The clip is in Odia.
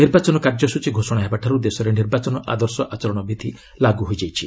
ନିର୍ବାଚନ କାର୍ଯ୍ୟସ୍ଟଚୀ ଘୋଷଣା ହେବାଠାରୁ ଦେଶରେ ନିର୍ବାଚନ ଆଦର୍ଶ ଆଚରଣ ବିଧି ଲାଗୁ ହୋଇଯାଇଛି